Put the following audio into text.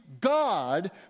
God